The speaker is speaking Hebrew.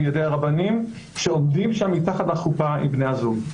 בידי הרבנים שעומדים שם מתחת לחופה עם בני הזוג.